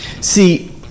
See